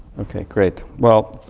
ok great. well,